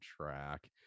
track